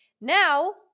now